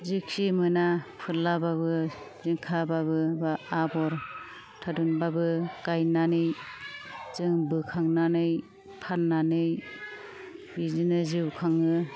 जिखि मोना फोरलाबाबो जिंखाबाबो बा आबर थारुनबाबो गायनानै जों बोखांनानै फाननानै बिदिनो जिउ खाङो